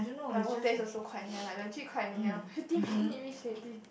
my work place also quite near lah it's actually quite near fifteen minute reach already